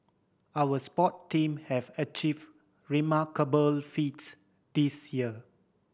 our sport team have achieve remarkable feats this year